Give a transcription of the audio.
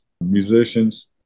musicians